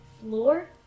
floor